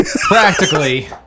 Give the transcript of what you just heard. practically